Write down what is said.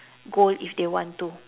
goal if they want to